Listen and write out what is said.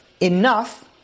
enough